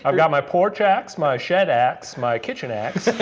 um yeah my porch axe, my shed axe, my kitchen axe.